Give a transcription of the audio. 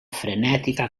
frenètica